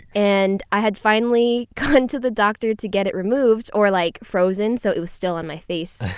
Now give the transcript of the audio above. and i had finally gone to the doctor to get it removed or, like, frozen, so it was still on my face,